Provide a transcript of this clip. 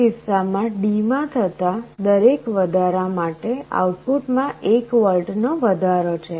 આ કિસ્સામાં D માં થતા દરેક વધારા માટે આઉટપુટમાં 1 વોલ્ટ નો વધારો છે